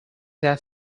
that